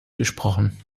gesprochen